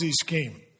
scheme